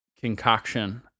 Concoction